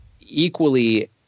equally